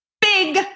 big